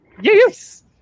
Yes